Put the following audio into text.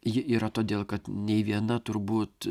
ji yra todėl kad nei viena turbūt